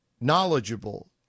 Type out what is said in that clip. knowledgeable